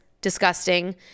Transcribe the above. disgusting